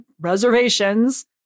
reservations